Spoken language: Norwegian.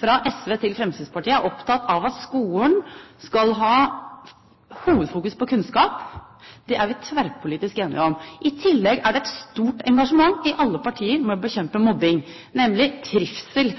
fra SV til Fremskrittspartiet, er opptatt av at skolen skal ha hovedfokus på kunnskap. Det er vi tverrpolitisk enige om. I tillegg er det et stort engasjement i alle partier for å bekjempe mobbing og for trivsel.